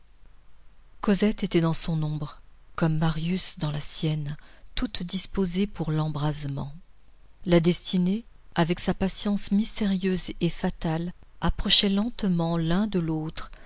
cosette était dans son ombre comme marius dans la sienne toute disposée pour l'embrasement la destinée avec sa patience mystérieuse et fatale approchait lentement l'un de l'autre